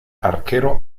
arquero